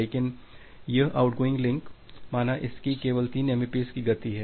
लेकिन यह outgoing link माना इसकी केवल 3 एमबीपीएस की गति है